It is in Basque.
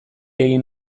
egin